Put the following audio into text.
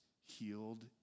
healed